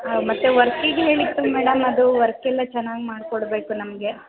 ಹಾಂ ಮತ್ತು ವರ್ಕಿಗೆ ಹೇಳಿತ್ತು ಮೇಡಮ್ ಅದು ವರ್ಕ್ ಎಲ್ಲ ಚೆನ್ನಾಗಿ ಮಾಡಿಕೊಡಬೇಕು ನಮಗೆ